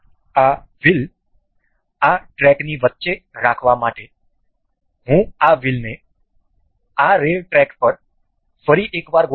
આ વ્હીલ આ ટ્રેકની વચ્ચે રાખવા માટે હું આ વ્હીલને આ રેલ ટ્રેક પર ફરી એકવાર ગોઠવીશ